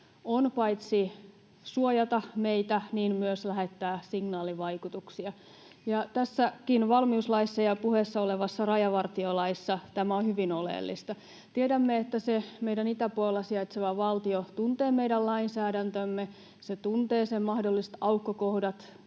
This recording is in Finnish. on paitsi suojata meitä myös lähettää signaalivaikutuksia, ja tässäkin valmiuslaissa ja puheessa olevassa rajavartiolaissa tämä on hyvin oleellista. Tiedämme, että se meidän itäpuolella sijaitseva valtio tuntee meidän lainsäädäntömme, se tuntee sen mahdolliset aukkokohdat,